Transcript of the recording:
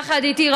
יחד איתי,